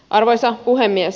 arvoisa puhemies